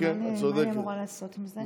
מה אני אמורה לעשות עם זה?